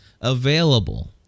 available